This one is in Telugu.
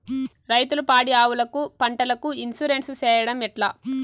రైతులు పాడి ఆవులకు, పంటలకు, ఇన్సూరెన్సు సేయడం ఎట్లా?